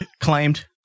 Claimed